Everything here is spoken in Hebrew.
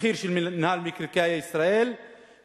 מחיר של מינהל מקרקעי ישראל,